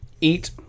Eat